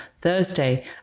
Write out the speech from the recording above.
Thursday